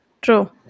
True